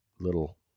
little